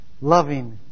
loving